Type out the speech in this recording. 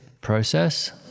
process